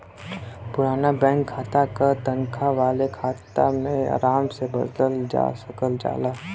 पुराना बैंक खाता क तनखा वाले खाता में आराम से बदलल जा सकल जाला